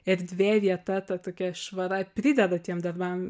erdvė vieta ta tokia švara prideda tiem darbam